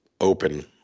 open